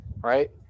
right